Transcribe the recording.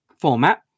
format